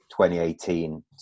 2018